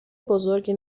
بزرگی